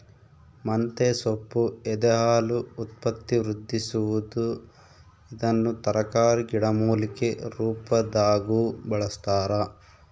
ಮಂತೆಸೊಪ್ಪು ಎದೆಹಾಲು ಉತ್ಪತ್ತಿವೃದ್ಧಿಸುವದು ಇದನ್ನು ತರಕಾರಿ ಗಿಡಮೂಲಿಕೆ ರುಪಾದಾಗೂ ಬಳಸ್ತಾರ